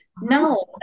No